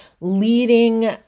leading